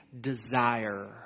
desire